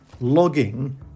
logging